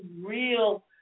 real